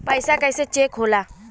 पैसा कइसे चेक होला?